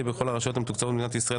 בכל הרשויות המתוקצבות במדינת ישראל),